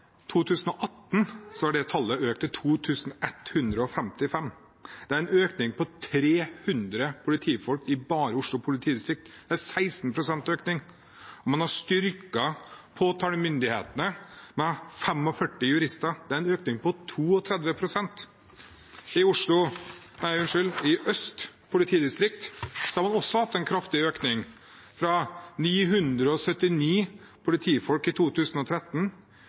2018 hadde det tallet økt til 2 155. Det er en økning på 300 politifolk bare i Oslo politidistrikt. Det er 16 pst. økning. Man har styrket påtalemyndigheten med 45 jurister. Det er en økning på 32 pst. I Øst politidistrikt har man også hatt en kraftig økning, fra 979 politifolk i 2013